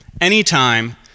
Anytime